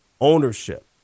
Ownership